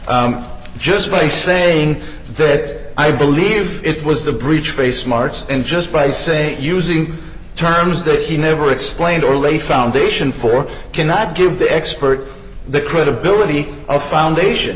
just by saying that i believe it was the breech face marts and just by say using terms that he never explained or lay foundation for cannot give the expert the credibility of foundation